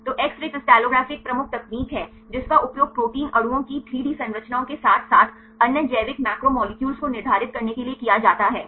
तो X ray crystallography एक प्रमुख तकनीक है जिसका उपयोग प्रोटीन अणुओं की 3 डी संरचनाओं के साथ साथ अन्य जैविक मैक्रोलेक्युलस को निर्धारित करने के लिए किया जाता है